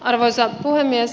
arvoisa puhemies